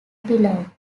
belonged